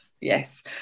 Yes